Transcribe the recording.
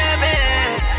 Baby